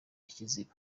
kiziba